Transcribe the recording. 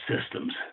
systems